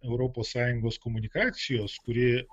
europos sąjungos komunikacijos kuri